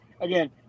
again